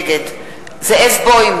נגד זאב בוים,